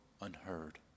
unheard